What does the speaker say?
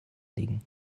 liegen